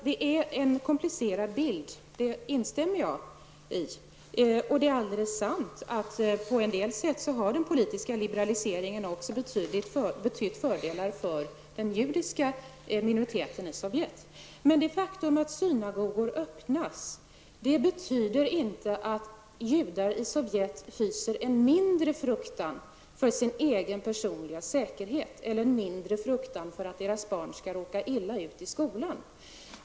Herr talman! Jag instämmer i att bilden är komplicerad. Det är också alldeles sant att i en del avseenden har den politiska liberaliseringen betytt fördelar för den judiska minoriteten i Sovjet. Men det faktum att synagogor har öppnats betyder inte att judarna i Sovjet hyser mindre fruktan för sin egen personliga säkerhet eller för att deras barn skall råka illa ut i skolan.